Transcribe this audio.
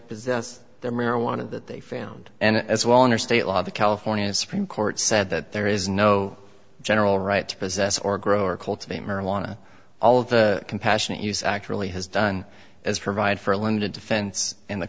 possess the marijuana that they found and as well under state law the california supreme court said that there is no general right to possess or grow or cultivate marijuana all of the compassionate use actually has done as provide for a limited defense in the